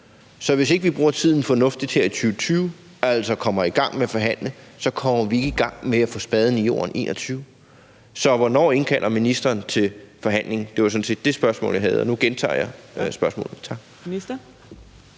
Så hvis vi ikke bruger tiden fornuftigt her i 2020 og altså kommer i gang med at forhandle, kommer vi ikke i gang med at få spaden i jorden i 2021. Så hvornår indkalder ministeren til forhandling? Det var sådan set det spørgsmål, jeg havde, og nu gentager jeg spørgsmålet.